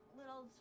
little